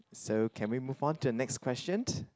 so can we move on to the next question